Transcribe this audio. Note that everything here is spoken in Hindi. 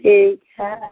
ठीक है